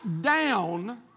down